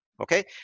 Okay